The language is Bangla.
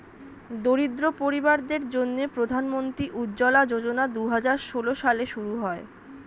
দরিদ্র পরিবারদের জন্যে প্রধান মন্ত্রী উজ্জলা যোজনা দুহাজার ষোল সালে শুরু হয়